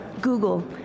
google